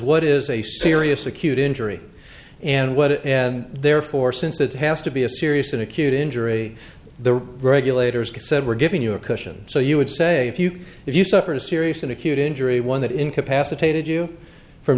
what is a serious acute injury and what and therefore since it has to be a serious and acute injury the regulators can said we're giving you a caution so you would say if you if you suffered a serious and acute injury one that incapacitated you from